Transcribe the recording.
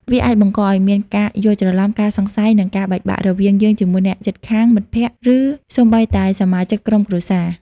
វាអាចបង្កឱ្យមាន ការយល់ច្រឡំ ការសង្ស័យ និងការបែកបាក់ រវាងយើងជាមួយអ្នកជិតខាង មិត្តភក្តិ ឬសូម្បីតែសមាជិកក្រុមគ្រួសារ។